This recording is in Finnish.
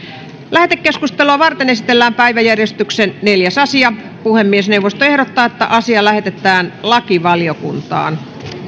lähetekeskustelua varten esitellään päiväjärjestyksen neljäs asia puhemiesneuvosto ehdottaa että asia lähetetään lakivaliokuntaan